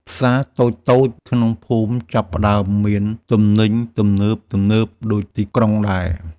ផ្សារតូចៗក្នុងភូមិចាប់ផ្ដើមមានទំនិញទំនើបៗដូចទីក្រុងដែរ។